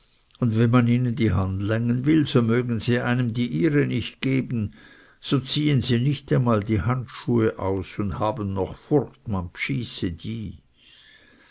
und wenn man ihnen die hand längen will so mögen sie einem die ihre nicht geben so ziehen sie nicht einmal die handschuhe aus und habest noch furcht man bschyße die